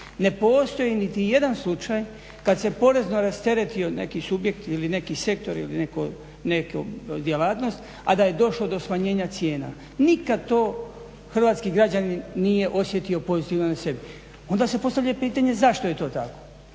Ne postoji niti jedan slučaj kada se porezno rasteretio neki subjekt ili neki sektor ili neka djelatnost, a da je došlo do smanjena cijena. Nikad to hrvatski građanin nije osjetio pozitivno na sebi. Onda se postavlja pitanje zašto je to tako?